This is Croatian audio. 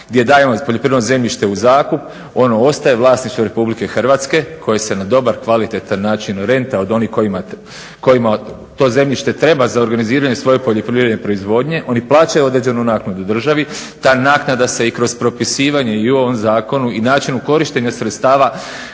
gdje dajemo poljoprivredno zemljište u zakup ono ostaje u vlasništvu RH koje se na dobar, kvalitetan način renta od onih kojima to zemljište treba za organiziranje svoje poljoprivredne proizvodnje. Oni plaćaju određenu naknadu državi, ta naknada se i kroz propisivanje i u ovom zakonu i načinu korištenja sredstava